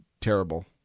terrible